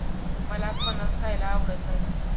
मला फणस खायला आवडत नाही